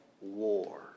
war